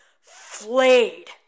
flayed